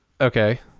okay